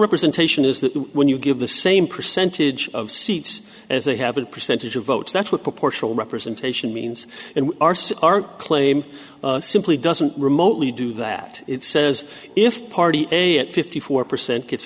representation is that when you give the same percentage of seats as they have a percentage of votes that's what proportional representation means and our claim simply doesn't remotely do that it says if party a at fifty four percent gets